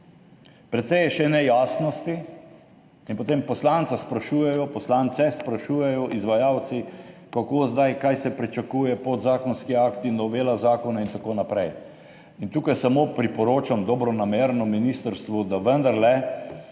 Precej je še nejasnosti in potem poslance sprašujejo izvajalci, kako zdaj, kaj se pričakuje, podzakonski akti, novela zakona in tako naprej. In tukaj samo priporočam, dobronamerno, ministrstvu, da vendarle